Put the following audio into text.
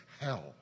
hell